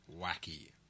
Wacky